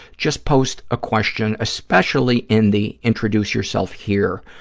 just post a question, especially in the introduce yourself here